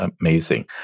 amazing